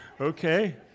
Okay